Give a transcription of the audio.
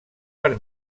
per